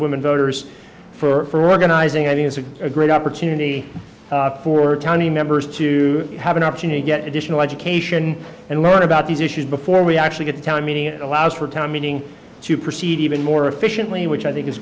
women voters for organizing i think it's a great opportunity for tony members to have an opportunity to get additional education and learn about these issues before we actually get to town meeting it allows for time meaning to proceed even more efficiently which i think is